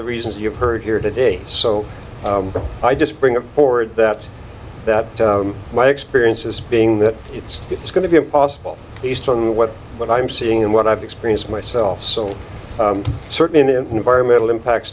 the reasons you've heard here today so i just bring it forward that that my experience is being that it's it's going to be impossible east on what what i'm seeing and what i've experienced myself so certainly an environmental impact